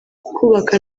kubaka